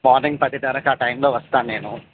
morning పదిన్నరకి ఆ టైంలో వస్తాను నేను